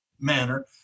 manner